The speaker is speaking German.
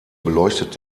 beleuchtet